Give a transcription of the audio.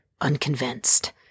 unconvinced